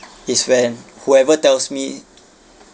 is when whoever tells me